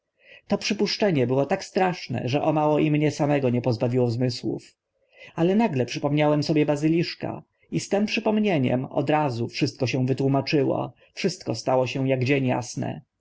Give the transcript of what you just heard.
to przypuszczenie było tak straszne że o mało i mnie samego nie pozbawiło zmysłów ale nagle przypomniałem sobie bazyliszka i z tym przypomnieniem od razu wszystko się wytłumaczyło wszystko stało się ak dzień asne